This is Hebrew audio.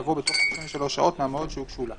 יבוא: "בתוך 36 שעות מהמועד שהוגשו לה".